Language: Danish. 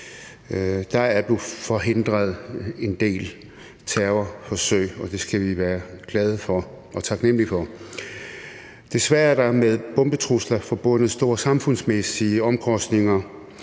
Der er blevet forhindret en del terrorforsøg, og det skal vi være glade for og taknemlige for. Desværre er der med bombetrusler forbundet store samfundsmæssige omkostninger.